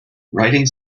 writing